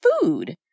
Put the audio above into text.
food